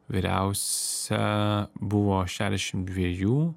vyriausia buvo šedešim dviejų